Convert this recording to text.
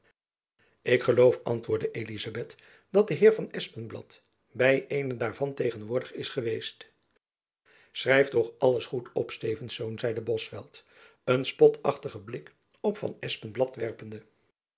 ik geloof antwoordde elizabeth dat de heer van espenblad by eene daarvan tegenwoordig is geweest schrijf toch alles goed op stevensz zeide bosveldt een spotachtigen blik op van espenblad werpende